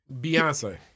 Beyonce